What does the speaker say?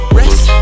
rest